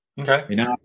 Okay